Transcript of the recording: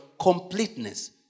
completeness